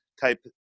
type